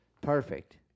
Perfect